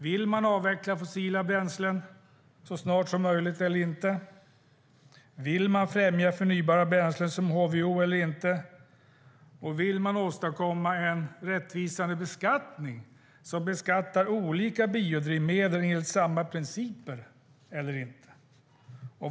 Vill de avveckla fossila bränslen så snart som möjligt eller inte? Vill de främja förnybara bränslen som HVO eller inte? Vill de åstadkomma en rättvis beskattning som beskattar olika biodrivmedel enligt samma principer eller inte?